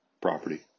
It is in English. property